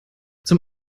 zum